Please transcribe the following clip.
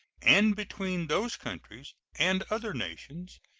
and between those countries and other nations,